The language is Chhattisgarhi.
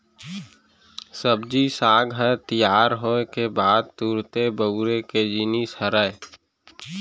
सब्जी साग ह तियार होए के बाद तुरते बउरे के जिनिस हरय